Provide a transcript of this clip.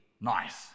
nice